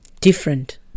different